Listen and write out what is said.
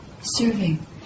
serving